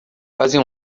fazem